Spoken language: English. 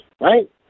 right